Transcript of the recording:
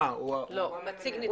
הוא מציג נתונים.